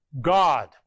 God